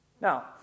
Now